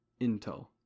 Intel